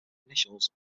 initials